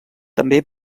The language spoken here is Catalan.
també